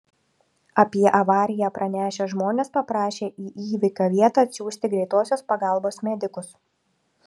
apie avariją pranešę žmonės paprašė į įvykio vietą atsiųsti greitosios pagalbos medikus